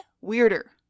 weirder